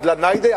הדלא-ניידי,